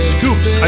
Scoops